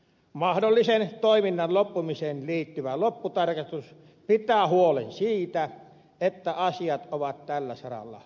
mahdolliseen toiminnan loppumiseen liittyvä lopputarkastus pitää huolen siitä että asiat ovat tällä saralla kunnossa